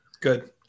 Good